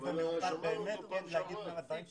אבל שמענו אותו בפעם שעברה.